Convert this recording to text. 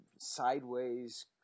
sideways